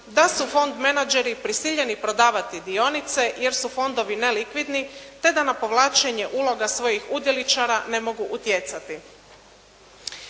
da su fond menadžeri prisiljeni prodavati dionice jer su fondovi nelikvidni te da na povlačenja uloga svojih udjeličara ne mogu utjecati.